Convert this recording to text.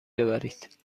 ببرید